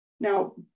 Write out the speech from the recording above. Now